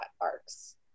arcs